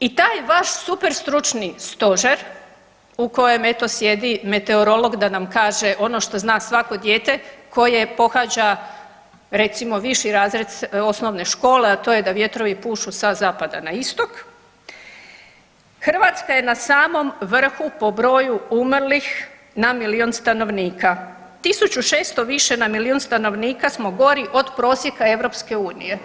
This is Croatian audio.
I taj vas super stručni Stožer u kojem, eto, sjedi meteorolog da nam kaže ono što zna svako dijete koje pohađa, recimo viši razred osnovne škole, a to je da vjetrovi pušu sa zapada na istok, Hrvatska je na samom vrhu po broju umrlih na milijun stanovnika, 1600 više na milijun stanovnika smo gori od prosjeka EU.